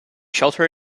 shelter